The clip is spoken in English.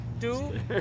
Two